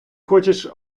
хочеш